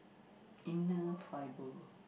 inner fiber